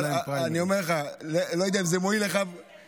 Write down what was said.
זה לא שאצלכם יש פריימריז.